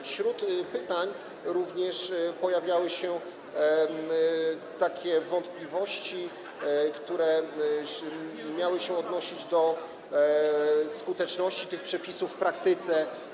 Wśród pytań pojawiały się również takie wątpliwości, które miały się odnosić do skuteczności tych przepisów w praktyce.